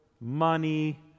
money